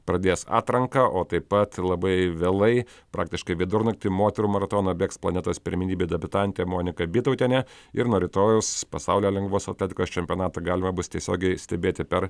pradės atranką o taip pat labai vėlai praktiškai vidurnaktį moterų maratoną bėgs planetos pirmenybių debiutantė monika bytautienė ir nuo rytojaus pasaulio lengvos atletikos čempionatą galima bus tiesiogiai stebėti per